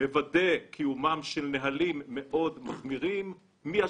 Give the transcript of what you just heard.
הוא מוודא קיומם של נהלים מאוד מחמירים כבר